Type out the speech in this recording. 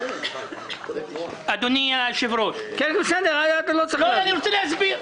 אדוני היושב-ראש, אני רוצה להסביר.